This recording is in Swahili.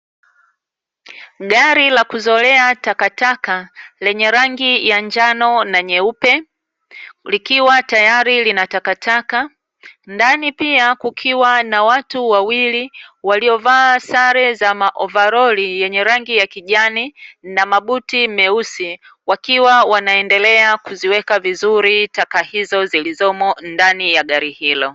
Gari la kuzolea takataka lenye rangi ya njano na nyeupe likiwa tayari lina takataka ndani pia kukiwa na watu wawili waliovaa sare za maovaroli yenye rangi ya kijani na mabuti meusi, wakiwa wanaendelea kuziweka vizuri taka hizo zilizomo ndani ya gari hilo.